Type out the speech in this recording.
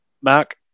Mark